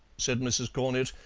said mrs. cornett,